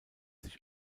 sich